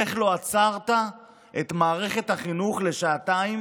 איך לא עצרת את מערכת החינוך לשעתיים